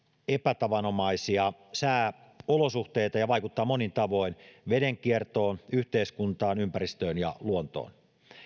epätavanomaisia sääolosuhteita ja vaikuttaa monin tavoin veden kiertoon yhteiskuntaan ympäristöön ja luontoon